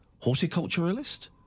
horticulturalist